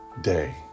day